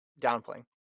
downplaying